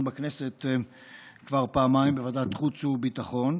בכנסת כבר פעמיים בוועדת חוץ וביטחון,